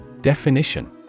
Definition